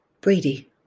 Brady